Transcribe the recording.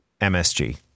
MSG